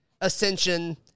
ascension